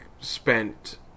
spent